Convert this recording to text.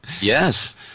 Yes